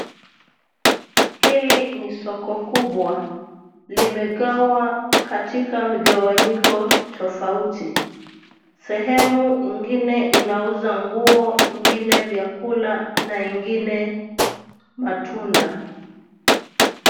Hili ni soko kubwa. Limegawa katika migawanyiko tofauti. Sehemu ingine inauza nguo, ingine vyakula na ingine matunda.